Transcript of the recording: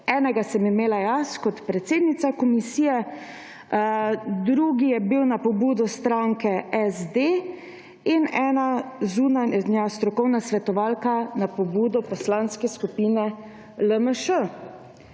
enega sem imela jaz kot predsednica komisije, drugi je bil na pobudo stranke SD in ena zunanja strokovna svetovalka je bila na pobudo Poslanske skupine LMŠ.